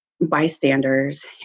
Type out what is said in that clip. bystanders